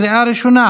עברה בקריאה ראשונה.